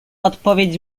odpowiedź